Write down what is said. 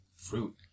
fruit